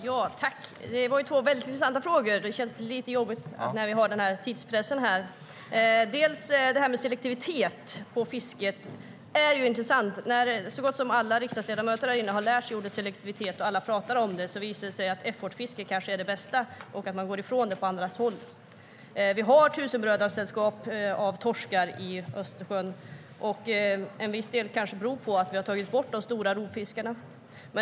Herr talman! Det var två väldigt intressanta frågor. Det känns lite jobbigt att svara på dem nu när vi har tidspress inför voteringen. Detta med selektivitet i fisket är intressant. När så gott som alla riksdagsledamöter här inne har lärt sig ordet selektivitet och alla pratar om det visar det sig att effortfiske kanske är det bästa och att man går ifrån detta på andra håll. Vi har tusenbrödrasällskap av torskar i Östersjön. Till en viss del kanske det beror på att vi har tagit bort de stora rovfiskarna.